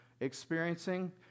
experiencing